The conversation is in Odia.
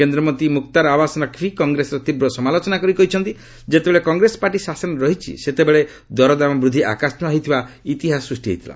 କେନ୍ଦ୍ରମନ୍ତ୍ରୀ ମୁକ୍ତାର ଆବାସ ନଖ୍ଭି କଂଗ୍ରେସର ତୀବ୍ର ସମାଲୋଚନା କରି କହିଛନ୍ତି ଯେତେବେଳେ କଂଗ୍ରେସ ପାର୍ଟି ଶାସନରେ ରହିଛି ସେତେବେଳେ ଦରଦାମ ବୃଦ୍ଧି ଆକାଶଛୁଆଁ ହୋଇଥିବା ଇତିହାସ ସୃଷ୍ଟି ହୋଇଥିଲା